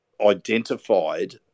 identified